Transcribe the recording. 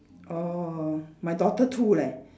orh my daughter too leh